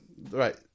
right